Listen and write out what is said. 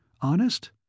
Honest